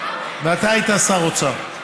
ואתה היית שר אוצר,